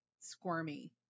squirmy